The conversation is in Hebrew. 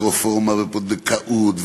ורפורמה בפונדקאות,